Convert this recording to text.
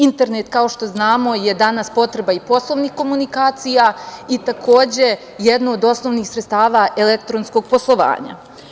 Internet, kao što znamo, je danas potreba i poslovnih komunikacija i takođe jedno od osnovnih sredstava elektronskog poslovanja.